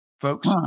folks